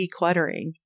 decluttering